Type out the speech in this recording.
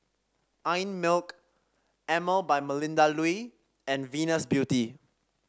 Einmilk Emel by Melinda Looi and Venus Beauty